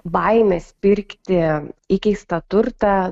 baimės pirkti įkeistą turtą